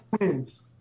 wins